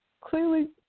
clearly